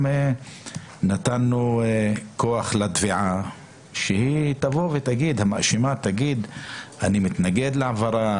נתנו כוח לתביעה כאשר המאשימה תבוא ותגיד שהיא מתנגדת להעברה,